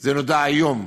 זה נודע היום.